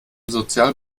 sozial